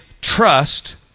trust